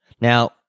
Now